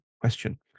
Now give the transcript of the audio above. question